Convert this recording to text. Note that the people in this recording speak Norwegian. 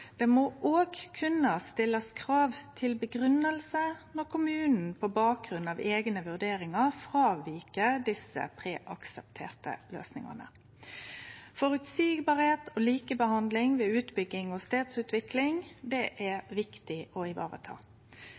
det må òg kunne stillast krav til grunngjeving når kommunen på bakgrunn av eigne vurderingar fråvik desse preaksepterte løysingane. Føreseielegheit og likebehandling ved utbygging og stadsutvikling er viktig å